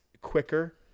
quicker